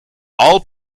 all